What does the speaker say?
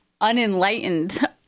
unenlightened